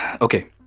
okay